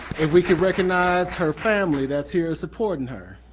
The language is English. and we can recognize her family that's here supporting her,